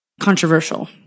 controversial